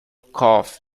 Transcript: cough